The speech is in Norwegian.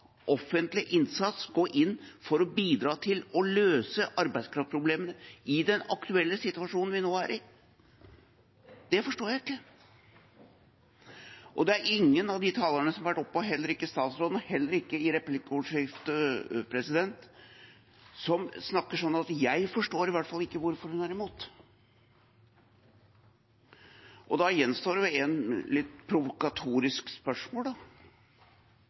offentlig innsats, om gå inn for å bidra til å løse arbeidskraftproblemene i den aktuelle situasjonen vi nå er i? Det forstår jeg ikke. Det er ingen av de talerne som har vært oppe – og heller ikke statsråden, heller ikke i replikkordskiftet – som snakker sånn at jeg i hvert fall forstår hvorfor en er imot. Da gjenstår det et litt provokatorisk spørsmål,